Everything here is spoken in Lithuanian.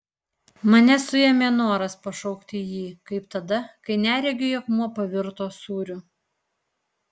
mane suėmė noras pašaukti jį kaip tada kai neregiui akmuo pavirto sūriu